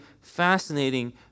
fascinating